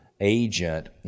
agent